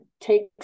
takes